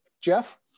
Jeff